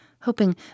hoping